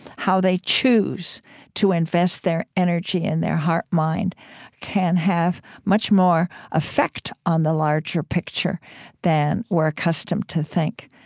how they choose to invest their energy and their heart mind can have much more effect on the larger picture than we're accustomed to think.